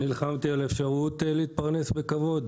נלחמתי על האפשרות להתפרנס בכבוד,